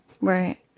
Right